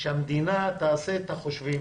שהמדינה תעשה חושבים